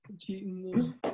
Cheating